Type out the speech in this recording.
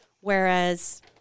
Whereas